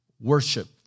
worship